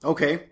Okay